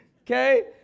Okay